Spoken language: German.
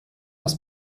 das